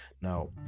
Now